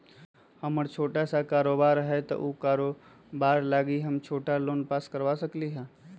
हमर छोटा सा कारोबार है उ कारोबार लागी हम छोटा लोन पास करवा सकली ह?